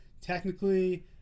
Technically